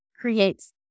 creates